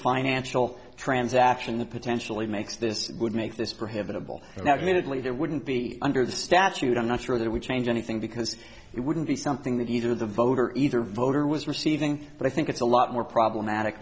financial transaction the potentially makes this would make this for having a ball that immediately there wouldn't be under the statute i'm not sure that would change anything because it wouldn't be something that either the voter either voter was receiving but i think it's a lot more problematic